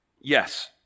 Yes